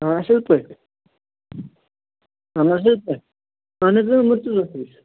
اَصل پٲٹھۍ اَہَن حظ ٹھیٖک پٲٹھۍ اَہَن حظ مُرتُضیٰ چھُس